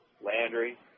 Landry